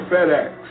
FedEx